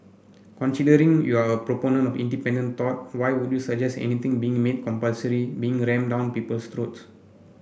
considering you're a proponent of independent thought why would you suggest anything being made compulsory being rammed down people's throats